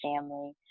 family